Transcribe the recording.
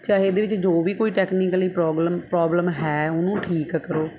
ਚਾਹੇ ਇਹਦੇ ਵਿੱਚ ਜੋ ਵੀ ਕੋਈ ਟੈਕਨੀਕਲੀ ਪ੍ਰੋਬਲਮ ਪ੍ਰੋਬਲਮ ਹੈ ਉਹਨੂੰ ਠੀਕ ਕਰੋ